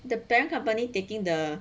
the parent company taking the